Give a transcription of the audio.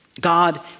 God